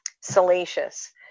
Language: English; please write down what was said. salacious